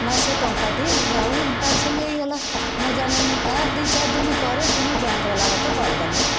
ନା ସେ ଟଙ୍କା ଟି ସେ ଆଉ ତାର ସେ ନେଇଗଲା ମୁଁ ଜାଣିନି ତାର ଦୁଇ ଚାରି ଦିନ ପରେ ପୁଣି ବ୍ୟାଙ୍କ ବାଲା ମୋତେ କଲ୍ କଲେ